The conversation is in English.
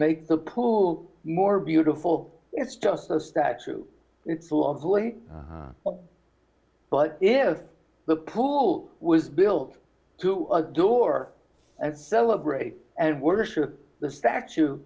make the pool more beautiful it's just a statue it's lovely but if the pool was built to adore and celebrate and worship the statue